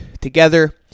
together